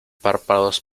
párpados